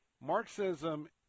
Marxism